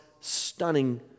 stunning